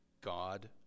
God